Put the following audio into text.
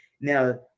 Now